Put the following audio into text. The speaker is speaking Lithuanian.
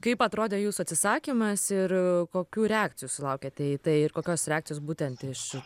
kaip atrodė jūsų atsisakymas ir kokių reakcijų sulaukiate į tai ir kokios reakcijos būtent iš